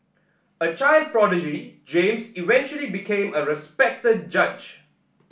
a child prodigy James eventually became a respected judge